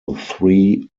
three